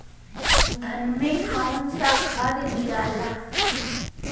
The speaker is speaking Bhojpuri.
धान मे कौन सा खाद दियाला?